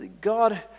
God